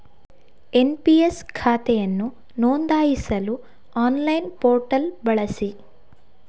NPS ಖಾತೆಯನ್ನು ನೋಂದಾಯಿಸಲು online portal ಬಳಸಿ